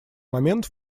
момент